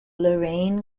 lorain